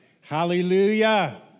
Hallelujah